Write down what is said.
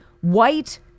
white